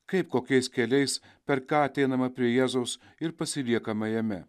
kaip kokiais keliais per ką ateinama prie jėzaus ir pasiliekama jame